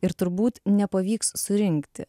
ir turbūt nepavyks surinkti